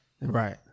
right